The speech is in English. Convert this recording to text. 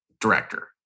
director